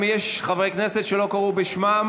האם יש חברי כנסת שלא קראו בשמם?